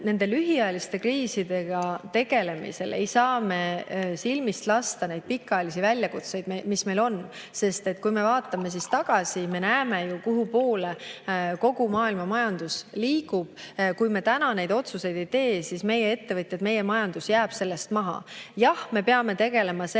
Nende lühiajaliste kriisidega tegelemisel ei saa me silmist lasta pikaajalisi väljakutseid, mis meil on. Kui me vaatame tagasi, siis me näeme ju, kuhupoole kogu maailma majandus liigub. Kui me täna neid otsuseid ei tee, siis meie ettevõtjad, meie majandus, jäävad sellest maha. Jah, me peame tegelema sellega,